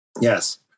Yes